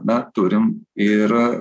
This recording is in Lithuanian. na turim ir